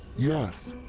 yes,